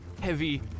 heavy